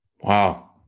Wow